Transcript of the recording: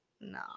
no